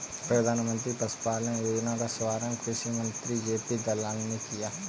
प्रधानमंत्री पशुपालन योजना का शुभारंभ कृषि मंत्री जे.पी दलाल ने किया